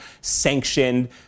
sanctioned